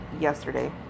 yesterday